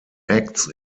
acts